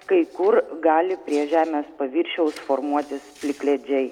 kai kur gali prie žemės paviršiaus formuotis plikledžiai